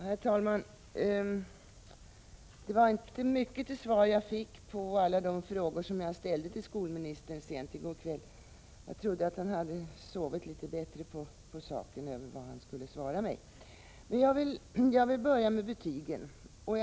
Herr talman! Det var inte mycket till svar jag fick på alla de frågor jag ställde till skolministern sent i går kväll. Jag trodde att skolministern hade sovit på saken och kommit fram till vad han skulle svara mig. Jag vill till att börja med ta upp betygen.